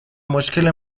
مشکل